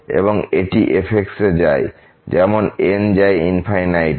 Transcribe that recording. এবং এটি f এ যায় যেমন n যায় তে